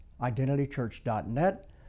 identitychurch.net